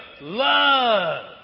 love